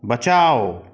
बचाओ